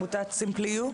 עמותת "סימפלי יו".